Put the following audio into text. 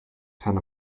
ten